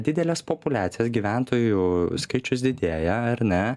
dideles populiacijas gyventojų skaičius didėja ar ne